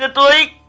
ah late